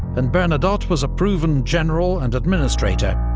and bernadotte was a proven general and administrator,